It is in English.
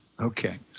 Okay